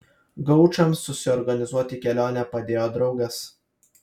gaučams susiorganizuoti kelionę padėjo draugas